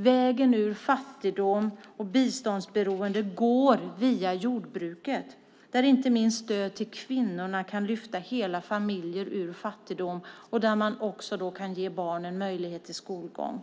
Vägen ur fattigdom och biståndsberoende går via jordbruket där inte minst stöd till kvinnorna kan lyfta hela familjer ur fattigdom och där man också kan ge barnen möjlighet till skolgång.